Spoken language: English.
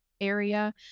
area